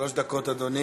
שלוש דקות, אדוני.